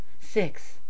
six